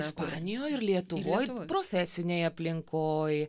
ispanijoj ir lietuvoj profesinėj aplinkoj